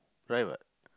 right what